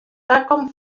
takom